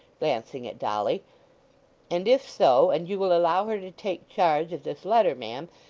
glancing at dolly and if so, and you will allow her to take charge of this letter, ma'am,